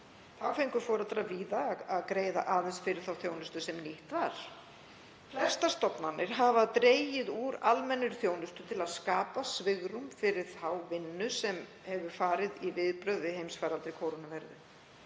Þá fengu foreldrar víða að greiða aðeins fyrir þá þjónustu sem nýtt var. Flestar stofnanir hafa dregið úr almennri þjónustu til að skapa svigrúm fyrir þá vinnu sem hefur farið í viðbrögð við heimsfaraldri kórónuveiru.